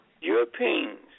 Europeans